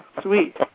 Sweet